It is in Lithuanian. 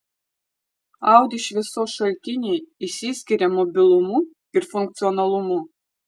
audi šviesos šaltiniai išsiskiria mobilumu ir funkcionalumu